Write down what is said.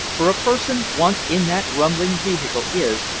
for a person once in that rumbling vehicle is,